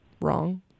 wrong